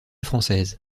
française